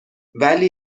ولی